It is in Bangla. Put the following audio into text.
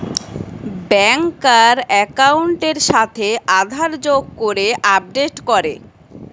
ব্যাংকার একাউন্টের সাথে আধার যোগ করে আপডেট করে